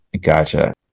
Gotcha